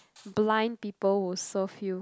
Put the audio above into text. blind people will serve you